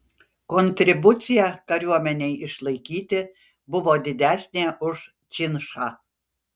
kontribucija kariuomenei išlaikyti buvo didesnė už činšą